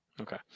okay